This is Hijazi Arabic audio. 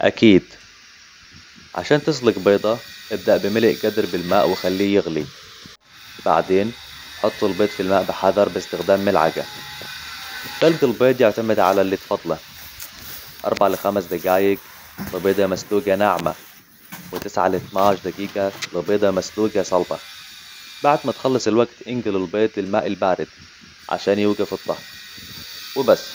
أكيد. عشان تسلق بيضة، إبدأ بملئ قدر بالماء وخليه يغلي. بعدين، حط البيض في الماء بحذر بإستخدام ملعقة. سلق البيض يعتمد على اللي تفضلة. اربع لخمس دقائق، لبيضة مسلوقة ناعمة. تسع ل لتناش دقيقة، لبيضة مسلوقة صلبة. بعد ما تخلص الوقت، انقل البيض للماء البارد. عشان يوقف الطهي وبس.